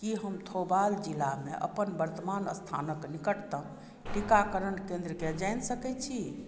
की हम थौबाल जिलामे अपन वर्तमान स्थानक निकटतम टीकाकरण केन्द्रकेँ जानि सकैत छी